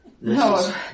No